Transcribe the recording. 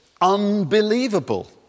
unbelievable